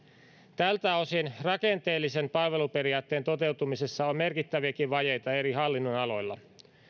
tältä osin rakenteellisen palveluperiaatteen toteutumisessa on merkittäviäkin vajeita eri hallinnonaloilla